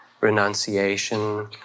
renunciation